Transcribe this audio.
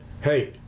Hey